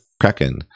Kraken